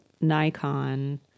Nikon